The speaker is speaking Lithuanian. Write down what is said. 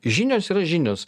žinios yra žinios